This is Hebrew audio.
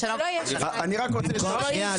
אני מציע,